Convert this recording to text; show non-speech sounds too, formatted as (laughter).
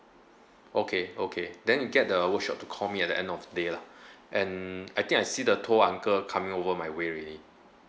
okay okay then get the workshop to call me at the end of the day lah (breath) and I think I can see the tow uncle coming over my way already